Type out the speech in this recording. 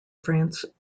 france